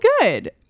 good